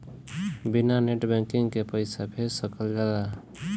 बिना net banking के पईसा भेज सकल जाला?